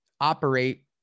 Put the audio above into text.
operate